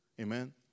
Amen